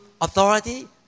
authority